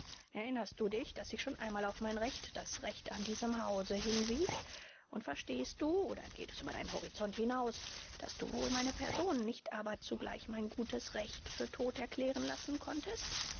erinnerst du dich daß ich schon einmal auf mein recht das recht an diesem hause hinwies und verstehst du oder geht es über deinen horizont hinaus daß du wohl meine person nicht aber zugleich mein gutes recht für tot erklären lassen konntest